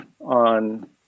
on